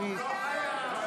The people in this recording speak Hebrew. הוא לא חייב.